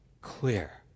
clear